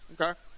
okay